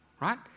right